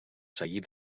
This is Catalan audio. seguir